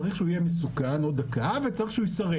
צריך שהוא יהיה מסוכן, וצריך שהוא יסרב.